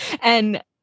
And-